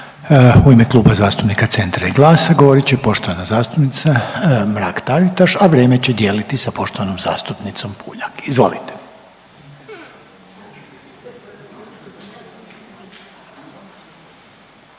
U ime Kluba zastupnika CENTRA i GLAS-a govorit će poštovana zastupnica Mrak-Taritaš, a vrijeme će dijeliti sa poštovanom zastupnicom Puljak. Izvolite.